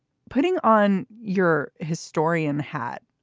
putting on your historian hat.